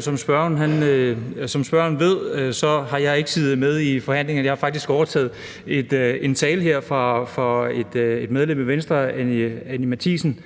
Som spørgeren ved, har jeg ikke siddet med i forhandlingerne. Jeg har faktisk overtaget en tale her fra et medlem af Venstre, Anni Matthiesen,